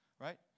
right